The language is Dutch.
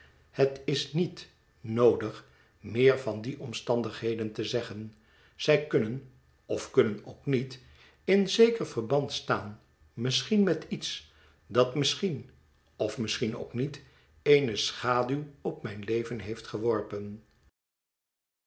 het is niet noodig meer van die omstandigheden te zeggen zij kunnen of kunnen ook niet in zeker verband staan misschien met iets dat misschien of misschien ook niet eene schaduw op mijn leven heeft geworpen